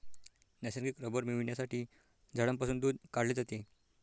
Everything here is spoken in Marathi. नैसर्गिक रबर मिळविण्यासाठी झाडांपासून दूध काढले जाते